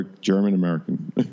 German-American